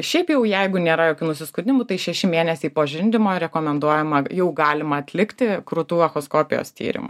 šiaip jau jeigu nėra jokių nusiskundimų tai šeši mėnesiai po žindymo rekomenduojama jau galima atlikti krūtų echoskopijos tyrimą